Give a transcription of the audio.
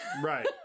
Right